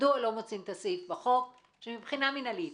מדוע לא מוצאים את הסעיף בחוק, שמבחינה מינהלית